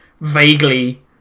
Vaguely